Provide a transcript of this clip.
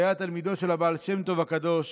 שהיה תלמידו של הבעל שם טוב הקדוש.